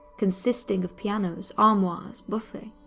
consisting of pianos, armoirs, bufets.